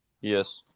Yes